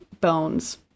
bones